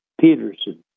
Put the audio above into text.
Peterson